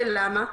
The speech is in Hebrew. למה?